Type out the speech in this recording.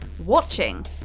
watching